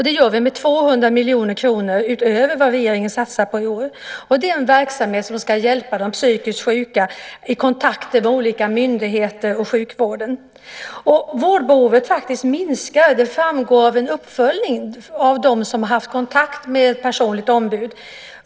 Det gör vi med 200 miljoner kronor utöver vad regeringen satsar på i år. Detta är en verksamhet som ska hjälpa de psykiskt sjuka i kontakter med olika myndigheter och med sjukvården. Vårdbehovet minskar - det framgår av en uppföljning av dem som har haft kontakt med ett personligt ombud.